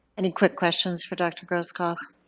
any quick questions for dr. grohskopf?